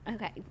Okay